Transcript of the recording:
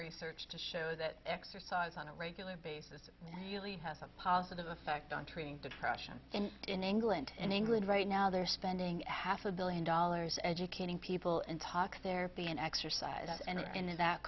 research to show that exercise on a regular basis really has a positive effect on treating depression and in england and england right now they're spending a half a billion dollars educating people in talk therapy and exercise and i